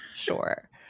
sure